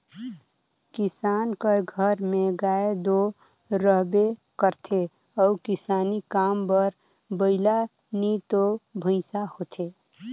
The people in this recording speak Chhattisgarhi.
किसान कर घर में गाय दो रहबे करथे अउ किसानी काम बर बइला नी तो भंइसा होथे